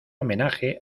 homenaje